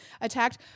attacked